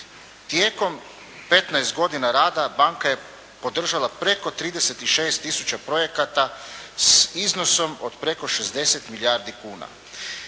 Tijekom 15 godina rada banka je podržala preko 36 tisuća projekata s iznosom od preko 60 milijardi kuna.